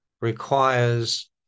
requires